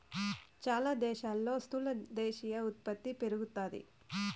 చాలా దేశాల్లో స్థూల దేశీయ ఉత్పత్తి పెరుగుతాది